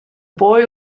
boy